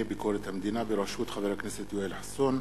ביקורת המדינה בראשות חבר הכנסת יואל חסון,